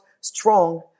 strong